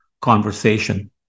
conversation